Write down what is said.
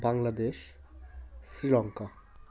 Bangladesh Sri Lanka